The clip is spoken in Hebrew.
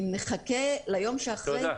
אם נחכה ליום שאחרי,